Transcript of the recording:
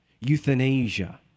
euthanasia